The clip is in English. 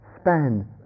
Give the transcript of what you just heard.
span